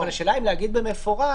השאלה אם להגיד במפורש,